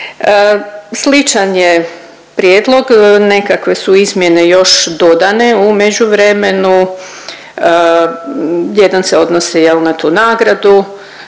Sličan je prijedlog, nekakve su izmjene još dodane u međuvremenu, jedan se odnosi jel na tu nagradu,